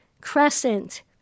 Crescent